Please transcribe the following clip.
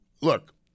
look